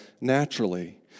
naturally